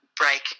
break